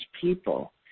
people